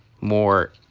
more